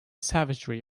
savagery